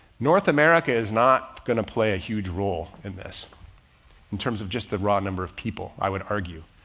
north america is not going to play a huge role in this in terms of just the raw number of people, i would argue.